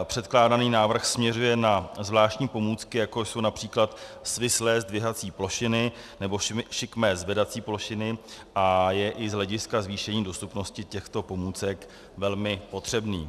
Předkládaný návrh směřuje na zvláštní pomůcky, jako jsou například svislé zdvihací plošiny nebo šikmé zvedací plošiny, a je i z hlediska zvýšení dostupnosti těchto pomůcek velmi potřebný.